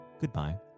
goodbye